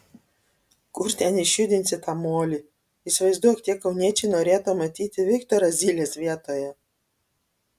kur ten išjudinsi tą molį įsivaizduok tie kauniečiai norėtų matyti viktorą zylės vietoje